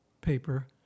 paper